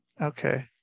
okay